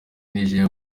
niger